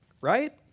right